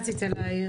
מה רצית להעיר?